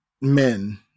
men